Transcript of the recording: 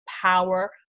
power